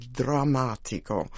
drammatico